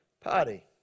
Party